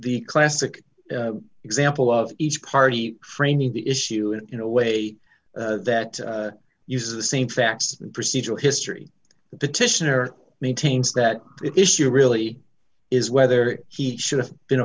the classic example of each party training the issue in a way that uses the same facts procedural history the titian or maintains that issue really is whether he should have been